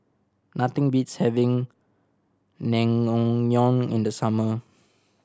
nothing beats having Naengmyeon in the summer